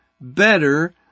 better